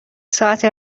ساعت